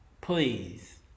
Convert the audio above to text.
Please